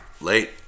Late